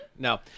No